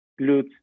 glutes